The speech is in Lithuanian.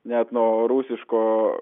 net nuo rusiško